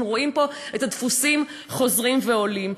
אנחנו רואים פה את הדפוסים חוזרים ועולים.